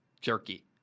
jerky